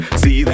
see